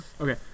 Okay